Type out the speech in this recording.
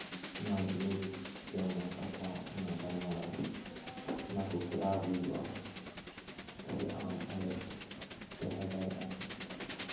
ᱚᱱᱟ ᱡᱤᱱᱤᱥ ᱥᱮ ᱚᱱᱟ ᱠᱟᱛᱷᱟ ᱚᱱᱟ ᱜᱟᱞᱢᱟᱨᱟᱣ ᱚᱱᱟ ᱠᱚ ᱥᱮᱬᱟ ᱦᱩᱭᱩᱜᱼᱟ ᱛᱚᱵᱮ ᱟᱢ ᱚᱸᱰᱮ ᱛᱟᱦᱮᱸ ᱫᱟᱲᱮᱜ ᱟᱢ